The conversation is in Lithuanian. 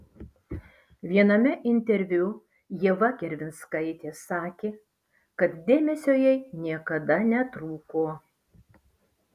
viename interviu ieva gervinskaitė sakė kad dėmesio jai niekada netrūko